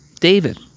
David